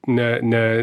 ne ne